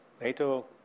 NATO